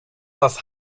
das